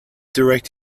direct